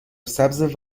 سبز